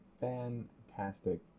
Fantastic